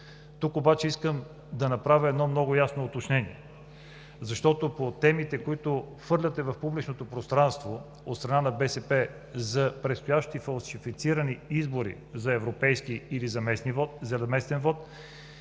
Тук обаче искам да направя едно много ясно уточнение. По темите, които хвърляте в публичното пространство от страна на БСП за предстоящи фалшифицирани избори – за европейски или за местен вот,